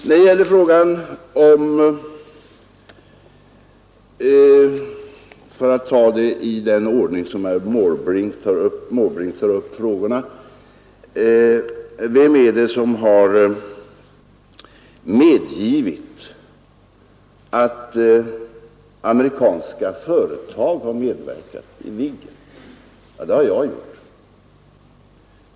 Herr Måbrink frågade — jag tar frågorna i samma ordning som herr Måbrink ställde dem — vem det är som har medgivit att amerikanska företag fått medverka i Viggenprojektet. Det har jag gjort.